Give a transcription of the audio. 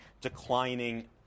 declining